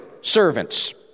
servants